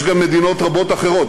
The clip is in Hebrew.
יש גם מדינות רבות אחרות.